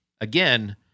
again